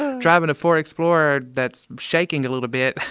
ah driving a ford explorer that's shaking a little bit,